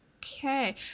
Okay